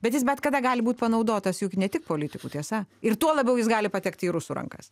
bet jis bet kada gali būt panaudotas juk ne tik politikų tiesa ir tuo labiau jis gali patekt į rusų rankas